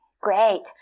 great